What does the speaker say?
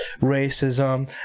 racism